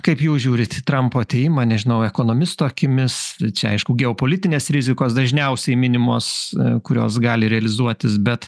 kaip jūs žiūrit į trampo atėjimą nežinau ekonomisto akimis čia aišku geopolitinės rizikos dažniausiai minimos kurios gali realizuotis bet